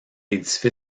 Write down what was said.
édifice